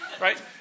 Right